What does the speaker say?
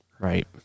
Right